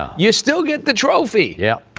you still get the trophy? yeah.